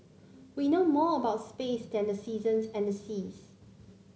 we know more about space than the seasons and the seas